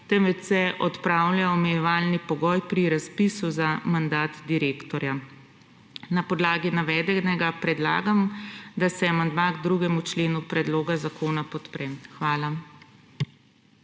temveč se odpravlja omejevalnih pogoj pri razpisu za mandat direktorja. Na podlagi navedenega predlagam, a se amandma k 2. členu predloga zakona podpre. Hvala.